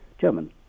German